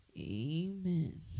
Amen